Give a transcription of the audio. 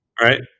Right